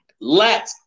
let